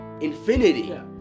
infinity